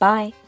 Bye